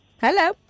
Hello